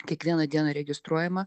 kiekvieną dieną registruojama